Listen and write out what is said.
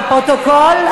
נהיגה),